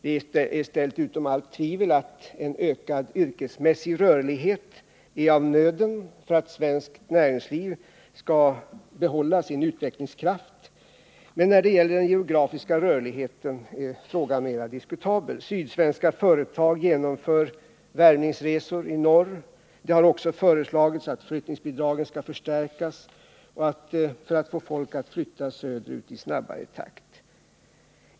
Det är ställt utom allt tvivel att en ökad yrkesmässig rörlighet är av nöden för att svenskt näringsliv skall behålla sin utvecklingskraft, men när det gäller den geografiska rörligheten är frågan mera diskutabel. Sydsvenska företag genomför värvningsresor i norr. Det har också föreslagits att flyttningsbidragen skall förstärkas för att man skall få folk att flytta söderut i snabbare takt.